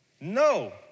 No